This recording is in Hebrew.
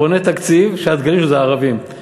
בונה תקציב שהדגלים שלו זה ערבים,